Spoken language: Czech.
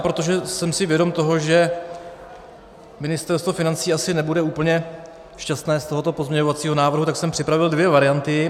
Protože jsem si vědom toho, že Ministerstvo financí asi nebude úplně šťastné z tohoto pozměňovacího návrhu, tak jsem připravil dvě varianty.